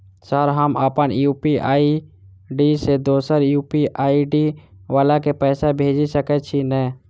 Sir हम अप्पन UPI ID सँ दोसर यु.पी.आई आई.डी वला केँ पैसा भेजि सकै छी नै?